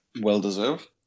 Well-deserved